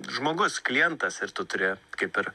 žmogus klientas ir tu turi kaip ir